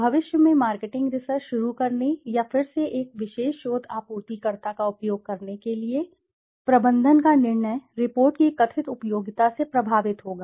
भविष्य में marketing research शुरू करने या फिर से एक विशेष शोध आपूर्तिकर्ता का उपयोग करने के लिए प्रबंधन का निर्णय रिपोर्ट की कथित उपयोगिता से प्रभावित होगा